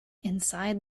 inside